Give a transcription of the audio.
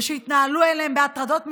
ושיתנהלו מולן בהטרדות מיניות,